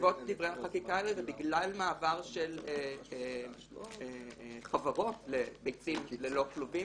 בעקבות דברי החקיקה האלה ובגלל מעבר של חברות לביצים ללא כלובים,